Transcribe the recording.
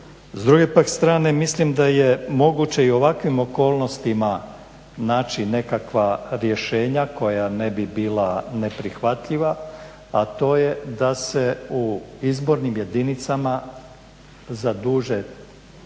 S druge pak strane mislim da je moguće i u ovakvim okolnostima naći nekakva rješenja koja ne bi bila neprihvatljiva, a to je da se u izbornim jedinicama zaduže